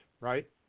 right